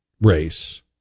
race